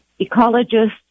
ecologists